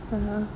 (uh huh)